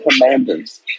Commanders